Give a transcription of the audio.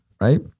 right